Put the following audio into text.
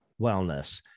wellness